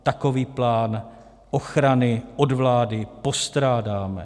Takový plán ochrany od vlády postrádáme.